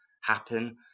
happen